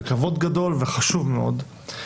כבוד גדול וזה חשוב מאוד.